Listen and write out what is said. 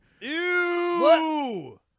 Ew